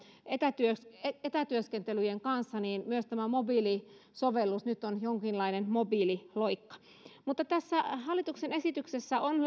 etätyöskentelyn etätyöskentelyn kanssa myös tämä mobiilisovellus on nyt jonkinlainen mobiililoikka mutta tässä hallituksen esityksessä on